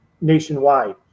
nationwide